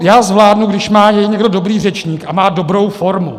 Já zvládnu, když je někdo dobrý řečník a má dobrou formu.